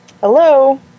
Hello